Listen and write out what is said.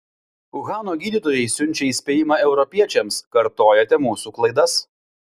uhano gydytojai siunčia įspėjimą europiečiams kartojate mūsų klaidas